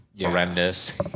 horrendous